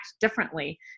differently